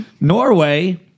Norway